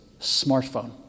smartphone